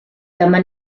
dyma